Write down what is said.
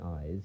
eyes